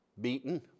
beaten